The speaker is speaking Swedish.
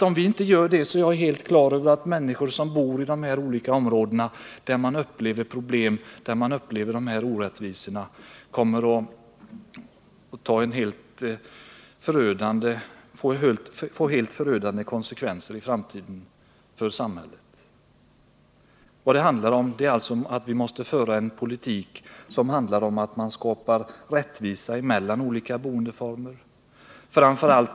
Om vi inte gör det, kommer det att i framtiden få helt förödande konsekvenser för samhället. Vad det handlar om är alltså att vi måste föra en politik som skapar rättvisa mellan olika boendeformer.